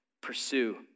pursue